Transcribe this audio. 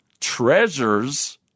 treasures